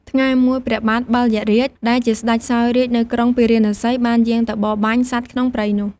ថ្ងៃមួយ ព្រះបាទ បិលយក្សរាជ ដែលជាស្ដេចសោយរាជ្យនៅក្រុងពារាណសី បានយាងទៅបរបាញ់សត្វក្នុងព្រៃនោះ។